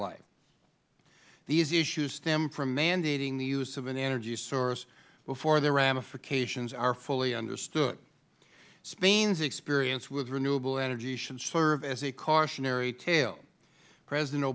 wildlife these issues stem from mandating the use of an energy source before the ramifications are fully understood spain's experience with renewable energy should serve as a cautionary tale president